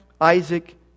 Isaac